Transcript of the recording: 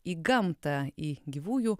į gamtą į gyvųjų